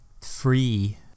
free